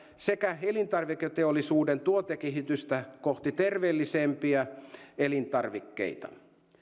sekä elintarviketeollisuuden tuotekehitystä kohti terveellisempiä elintarvikkeita